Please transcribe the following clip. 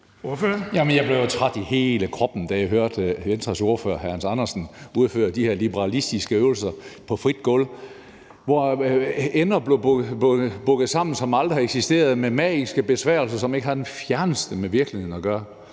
jeg blev jo træt i hele kroppen, da jeg hørte Venstres ordfører, hr. Hans Andersen, udføre de her liberalistiske øvelser frit på gulv, hvor ender, som aldrig har eksisteret, blev bukket sammen, og med magiske besværgelser, som ikke har det fjerneste med virkeligheden at gøre.